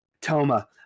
Toma